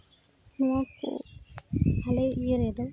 ᱱᱚᱣᱟ ᱠᱚ ᱵᱷᱟᱞᱮ ᱤᱭᱟᱹ ᱨᱮᱫᱚ